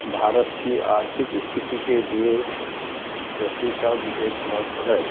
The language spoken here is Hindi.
भारत की आर्थिक स्थिति के लिए कृषि का विशेष महत्व है